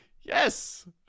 yes